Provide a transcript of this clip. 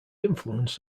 influence